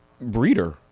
breeder